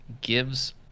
gives